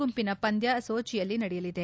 ಗುಂಪಿನ ಪಂದ್ಕ ಸೋಜಿಯಲ್ಲಿ ನಡೆಯಲಿದೆ